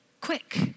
quick